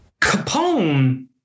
Capone